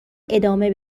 ادامه